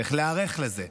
צריך להיערך לזה.